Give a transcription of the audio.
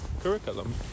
Curriculum